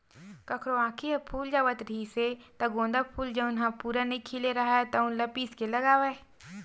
कखरो आँखी ह फूल जावत रिहिस हे त गोंदा फूल जउन ह पूरा नइ खिले राहय तउन ल पीस के लगावय